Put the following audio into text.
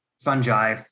fungi